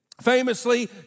Famously